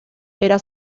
era